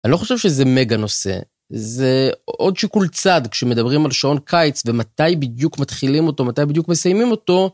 אני לא חושב שזה מגה נושא, זה עוד שיקול צד כשמדברים על שעון קיץ ומתי בדיוק מתחילים אותו, מתי בדיוק מסיימים אותו.